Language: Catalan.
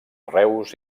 reus